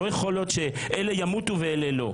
לא יכול להיות שאלה ימותו ואלה לא.